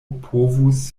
povus